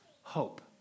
hope